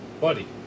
Buddy